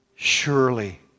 Surely